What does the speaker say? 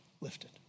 lifted